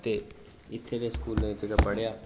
ते इत्थै गै स्कूलै च गै पढ़ेआ